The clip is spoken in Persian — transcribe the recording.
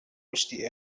رشدی